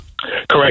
Correct